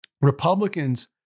Republicans